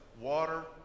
water